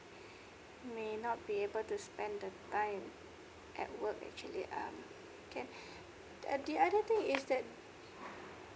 may not be able to spend the time at work actually um can uh the other thing is that